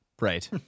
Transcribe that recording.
Right